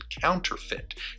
counterfeit